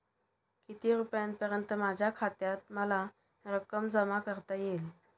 किती रुपयांपर्यंत माझ्या खात्यात मला रक्कम जमा करता येईल?